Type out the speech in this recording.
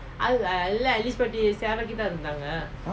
!huh!